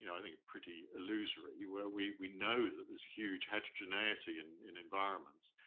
you know i think pretty illusory where we we know that there's huge heterogeneity and in environments.